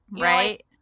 right